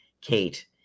Kate